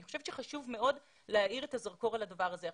אני חושבת שחשוב מאוד להאיר את הזרקור על הדבר הזה.